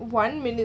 one minute